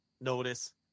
notice